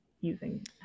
using